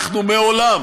מעולם